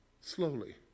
Slowly